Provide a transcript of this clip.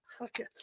Okay